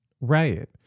right